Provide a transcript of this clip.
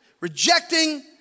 rejecting